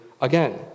again